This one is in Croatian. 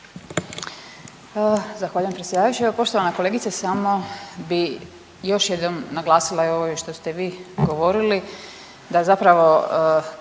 Zahvaljujem predsjedavajući. Evo poštovana kolegice smo bi još jednom naglasila i ovo što ste vi govorili da zapravo